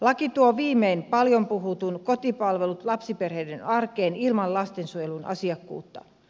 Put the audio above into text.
laki tuo viimein paljon puhutut kotipalvelut lapsiperheiden arkeen ilman lastensuojelun asiakkuutta